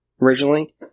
originally